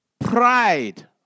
pride